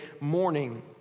morning